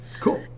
Cool